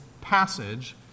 passage